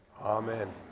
Amen